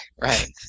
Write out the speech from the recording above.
Right